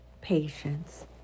patience